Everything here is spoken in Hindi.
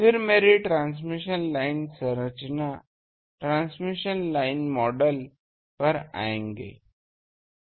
फिर मेरी ट्रांसमिशन लाइन संरचना ट्रांसमिशन लाइन मॉडल पर आएं